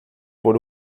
por